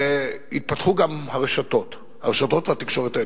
התפתחו גם הרשתות, הרשתות והתקשורת האלקטרונית.